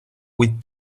with